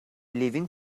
living